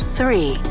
three